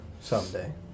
someday